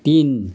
तिन